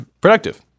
Productive